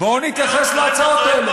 בואו נתייחס להצעות האלה.